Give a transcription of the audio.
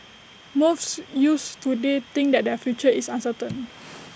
most youths today think that their future is uncertain